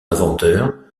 inventeur